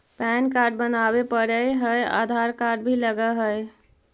Pan card बनावे पडय है आधार कार्ड भी लगहै?